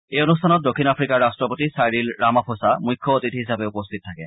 এই অনুষ্ঠানত দক্ষিণ আফ্ৰিকাৰ ৰাষ্ট্ৰপতি চাইৰিল ৰামাফচা মুখ্য অতিথি হিচাপে উপস্থিত থাকে